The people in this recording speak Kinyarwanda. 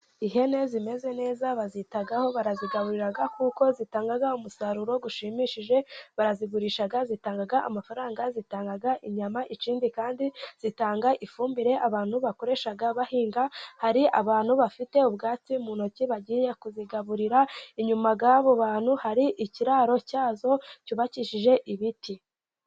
Ihene zimeze neza bazitaho barazigaburira kuko zitanga umusaruro ushimishije, barazigurisha zitanga amafaranga zitanga inyama, ikindi kandi zitanga ifumbire abantu bakoresha bahinga, hari abantu bafite ubwatsi mu ntoki bagiye kuzigaburira, inyuma y'abo bantu hari ikiraro cyazo cyubakishije ibiti.